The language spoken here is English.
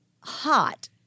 hot